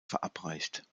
verabreicht